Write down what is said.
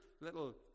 little